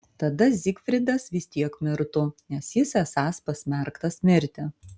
tada zygfridas vis tiek mirtų nes jis esąs pasmerktas mirti